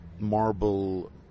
Marble